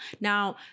Now